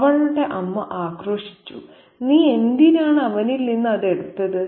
അവളുടെ അമ്മ ആക്രോശിച്ചു 'നീ എന്തിനാണ് അവനിൽ നിന്ന് അത് എടുത്തത്